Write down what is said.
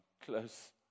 close